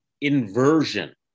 inversion